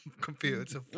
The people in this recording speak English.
computer